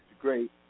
great